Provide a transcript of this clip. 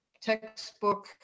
textbook